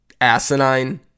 asinine